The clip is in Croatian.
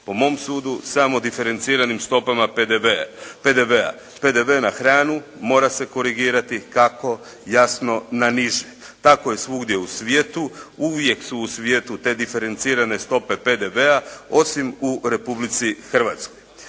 Po mom sudu samo diferenciranim stopama PDV-a. PDV na hranu mora se korigirati. Kako? Jasno na niže. Tako je svugdje u svijetu. Uvijek su u svijetu te diferencirane stope PDV-a osim u Republici Hrvatskoj.